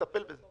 נטפל בזה.